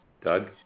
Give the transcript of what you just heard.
Doug